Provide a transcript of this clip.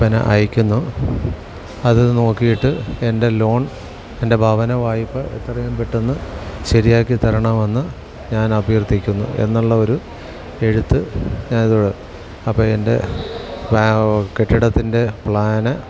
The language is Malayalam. പിന്നെ അയക്കുന്നു അതു നോക്കിയിട്ട് എൻ്റെ ലോൺ എൻ്റെ ഭവന വായ്പ എത്രയും പെട്ടെന്ന് ശരിയാക്കി തരണമെന്നു ഞാൻ അഭ്യർത്ഥിക്കുന്നു എ ഒരു എഴുത്ത് ഞാനിതിവിടെ അപ്പോൾ എൻ്റെ കെട്ടിടത്തിൻ്റെ പ്ലാൻ